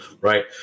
right